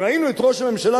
ראינו את ראש הממשלה,